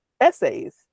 essays